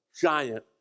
giant